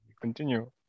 continue